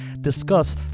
discuss